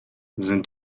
sind